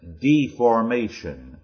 deformation